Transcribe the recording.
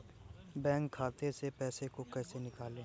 Bank खाते से पैसे को कैसे निकालें?